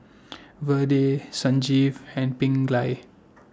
Vedre Sanjeev and Pingali